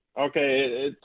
Okay